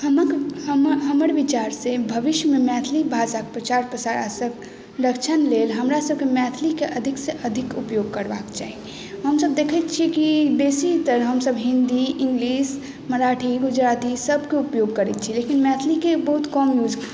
हमर विचार से भविष्य मे मैथिली भाषाक प्रचार प्रसार संरक्षण लेल हमरा सबके मैथिली के अधिक से अधिक उपयोग करबाक चाही हमसब देखै छियै कि बेसीतर हमसब हिन्दी इंगलिश मराठी गुजराती सबके उपयोग करै छियै लेकिन मैथिली के बहुत कम यूज